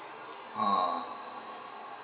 uh